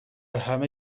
همه